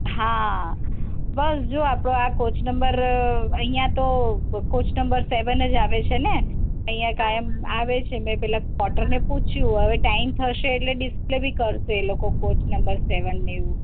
હા બસ જો આ આપણો આ કોચ નંબર અહીં તો કોચ નંબર સેવન જ આવે છે ને અહીં કાયમ આવે છે મેં પેલા પોટર ને પૂછ્યું હવે ટાઇમ થશે ડિસ્પ્લે બી કરશે એ લોકો કોચ નંબર સેવન ને એવું